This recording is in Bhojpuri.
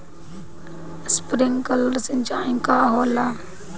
स्प्रिंकलर सिंचाई का होला?